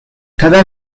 cada